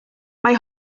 mae